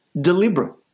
deliberate